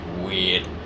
weird